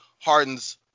Harden's